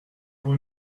pour